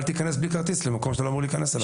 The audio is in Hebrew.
אל תיכנס ללא כרטיס למקום שאתה לא אמור להיכנס אליו.